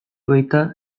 baita